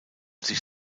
sich